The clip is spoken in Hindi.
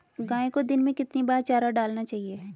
गाय को दिन में कितनी बार चारा डालना चाहिए?